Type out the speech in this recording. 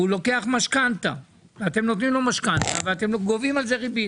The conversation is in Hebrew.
אתם נותנים לו משכנתה וגובים על זה ריבית.